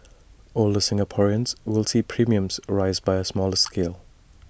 older Singaporeans will see premiums rise by A smaller scale